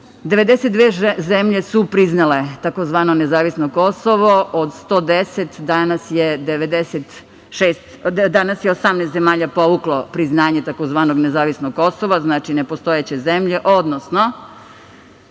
92 zemlje su priznale tzv. nezavisno Kosovo, od 110, danas je 18 zemalja povuklo priznanje tzv. nezavisnog Kosova, znači nepostojeće zemlje, odnosno